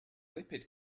lipid